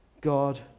God